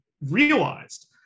realized